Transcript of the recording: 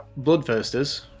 Bloodthirsters